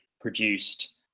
produced